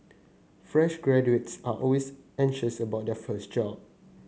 fresh graduates are always anxious about their first job